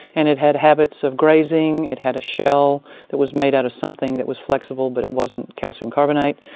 and it had habits of grazing, it had a shell that was made out of something that was flexible but it wasn't calcium carbonate.